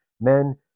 men